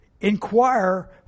inquire